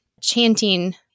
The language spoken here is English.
chanting